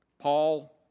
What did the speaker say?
Paul